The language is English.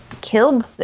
killed